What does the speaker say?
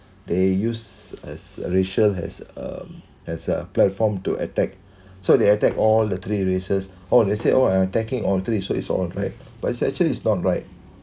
they use uh racial has um as a platform to attack so they attack all the three races or let's say oh I attacking all the races is all right but it actually is not right